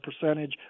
percentage